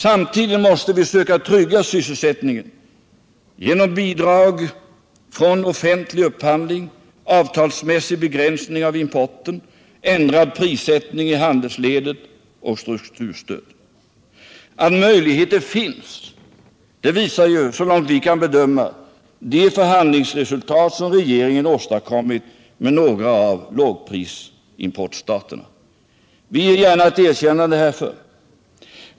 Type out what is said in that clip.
Samtidigt måste vi söka trygga sysselsättningen genom bidrag från offentlig upphandling, avtalsmässig begränsning av importen, ändrad prissättning i handelsledet och strukturstöd. Att möjligheter finns visar, så långt vi kan bedöma, de färhandlingsresultat som regeringen åstadkommit med några av lågprisimportstaterna. Vi ger gärna ett erkännande härför.